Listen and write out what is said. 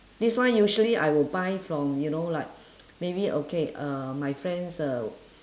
that's why usually I will buy from you know like maybe okay uh my friends uh